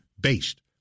based